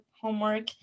homework